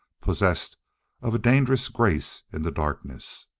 possessed of a dangerous grace in the darkness.